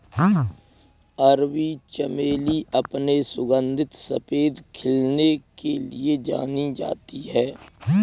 अरबी चमेली अपने सुगंधित सफेद खिलने के लिए जानी जाती है